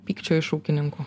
pykčio iš ūkininkų